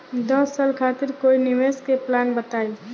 दस साल खातिर कोई निवेश के प्लान बताई?